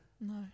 No